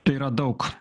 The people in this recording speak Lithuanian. tai yra daug